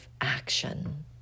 action